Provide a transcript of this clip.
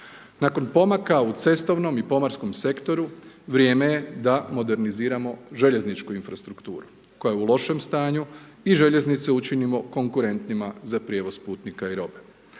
Nakon pomaka u cestovnom i pomorskom sektoru vrijeme je da moderniziramo željezničku infrastrukturu koja je u lošem stanju i željeznice učinimo konkurentnima za prijevoz putnika i robe.